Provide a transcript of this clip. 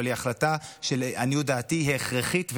אבל היא החלטה שלעניות דעתי הכרחית,